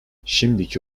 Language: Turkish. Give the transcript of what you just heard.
şimdiki